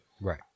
right